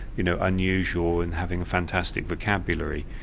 you know, unusual. and having a fantastic vocabulary.